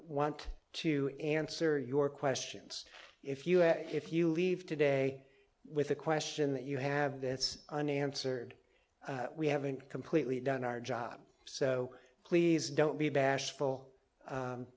want to answer your questions if you if you leave today with a question that you have this unanswered we haven't completely done our job so please don't be bashful